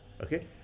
Okay